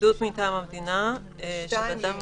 "בידוד מטעם המדינה של אדם המצוי בבידוד."